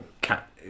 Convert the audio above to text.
cat